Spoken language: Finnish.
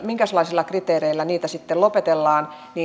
minkäslaisilla kriteereillä niitä sitten lopetellaan